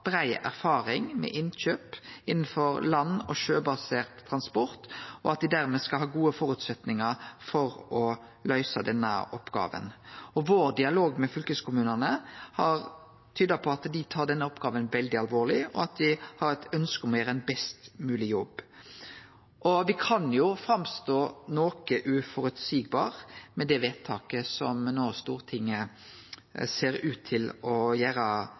brei erfaring med innkjøp innanfor land- og sjøbasert transport, og at dei dermed skal ha gode føresetnader for å løyse denne oppgåva. Vår dialog med fylkeskommunane tyder på at dei tar denne oppgåva veldig alvorleg, og at dei har eit ønske om å gjere ein best mogleg jobb. Me kan verke noko uføreseielege med det vedtaket Stortinget no ser ut til å